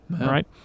right